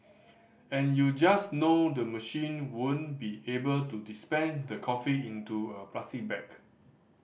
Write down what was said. and you just know the machine won't be able to dispense the coffee into a plastic bag